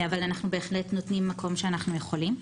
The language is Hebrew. אנחנו בהחלט נותנים במקום שאנחנו יכולים.